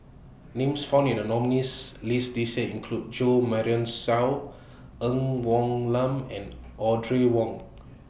Names found in The nominees' list This Year include Jo Marion Seow Ng Woon Lam and Audrey Wong